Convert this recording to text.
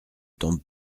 tombe